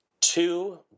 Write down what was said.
Two